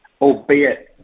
albeit